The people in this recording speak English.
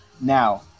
Now